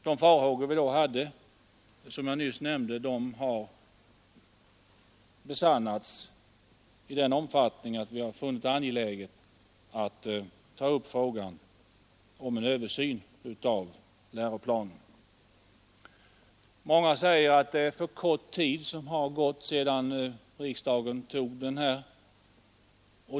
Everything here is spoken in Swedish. De farhågor vi då hyste och som jag nyss nämnde har besannats i sådan omfattning att vi har funnit angeläget att ta upp frågan om en översyn av läroplanen. Många säger att det är för kort tid som har gått sedan riksdagen antog läroplanen.